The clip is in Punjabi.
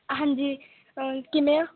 ਹਾਂਜੀ ਕਿਵੇਂ ਹਾਂ